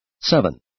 SEVEN